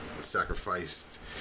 Sacrificed